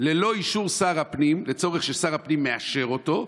ללא אישור שר הפנים ולצורך ששר הפנים מאשר אותו,